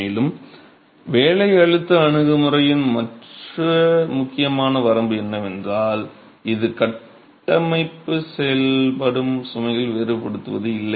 மேலும் வேலை அழுத்த அணுகுமுறையின் மற்ற முக்கியமான வரம்பு என்னவென்றால் இது கட்டமைப்பில் செயல்படும் சுமைகள் வேறுபடுத்துவதில்லை